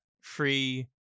free